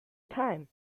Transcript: time